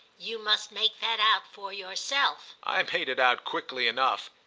you must make that out for yourself. i made it out quickly enough.